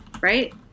right